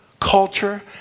culture